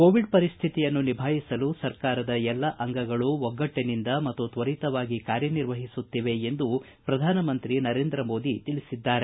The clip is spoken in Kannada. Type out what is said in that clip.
ಕೋವಿಡ್ ಪರಿಸ್ತಿತಿಯನ್ನು ನಿಭಾಯಿಸಲು ಸರ್ಕಾರದ ಎಲ್ಲ ಅಂಗಗಳೂ ಒಗ್ಗಟ್ಟನಿಂದ ಮತ್ತು ತ್ವರಿತವಾಗಿ ಕಾರ್ಯನಿರ್ವಹಿಸುತ್ತಿವೆ ಎಂದು ಪ್ರಧಾನ ಮಂತ್ರಿ ನರೇಂದ್ರಮೋದಿ ತಿಳಿಸಿದ್ದಾರೆ